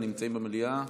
ונמצאים במליאה?